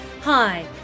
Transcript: Hi